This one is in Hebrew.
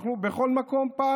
אנחנו פעלנו בכל מקום.